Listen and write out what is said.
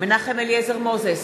מנחם אליעזר מוזס,